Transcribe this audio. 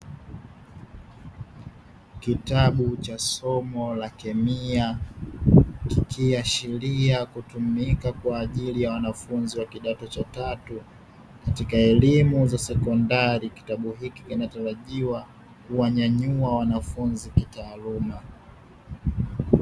Kitabu cha somo la kemia kikiashiria kutumika kwa ajili ya wanafunzi wa kidato cha tatu, katika elimu za sekondari kitabu hiki kinatarajiwa kuwainua wanafunzi kitaaluma.